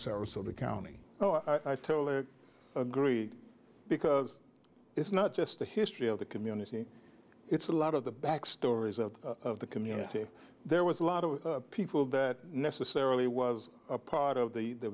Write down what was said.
sarasota county so i totally agree because it's not just the history of the community it's a lot of the back stories of the community there was a lot of people that necessarily was part of the